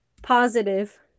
Positive